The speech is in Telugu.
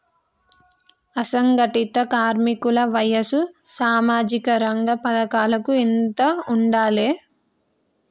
అసంఘటిత కార్మికుల వయసు సామాజిక రంగ పథకాలకు ఎంత ఉండాలే?